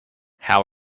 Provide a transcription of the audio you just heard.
how